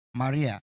maria